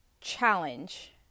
challenge